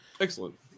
Excellent